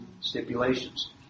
stipulations